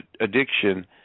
addiction